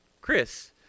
Chris